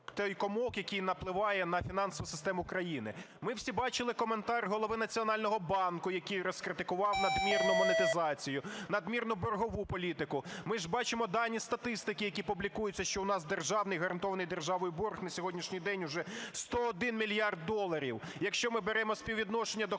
той комок, який напливає на фінансову систему країни. Ми всі бачили коментар Голови Національного банку, який розкритикував надмірну монетизацію, надмірну боргову політику. Ми ж бачимо дані статистики, які публікуються, що у нас державний, гарантований державою борг на сьогоднішній день уже 101 мільярд доларів. Якщо ми беремо співвідношення